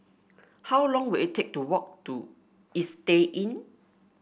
how long will it take to walk to Istay Inn